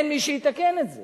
אין מי שיתקן את זה.